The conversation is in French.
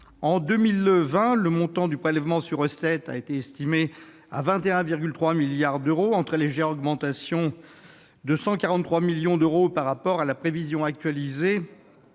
2020, le montant du prélèvement sur recettes est estimé à 21,3 milliards d'euros, en très légère augmentation de 143 millions d'euros par rapport à la prévision actualisée